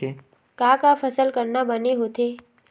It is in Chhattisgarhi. का का फसल करना बने होथे?